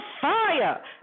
fire